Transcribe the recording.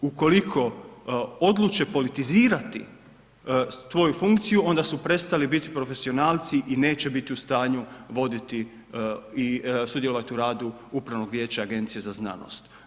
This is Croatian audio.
Ukoliko odluče politizirati svoju funkciju onda su prestali biti profesionalci i neće biti u stanju voditi i sudjelovati u radu upravnog vijeća Agencije za znanost.